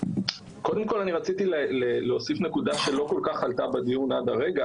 אני רציתי להוסיף נקודה שלא כל כך עלתה בדיון עד עתה.